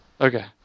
Okay